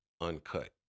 uncut